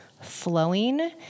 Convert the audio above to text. flowing